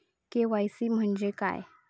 KYC म्हणजे काय?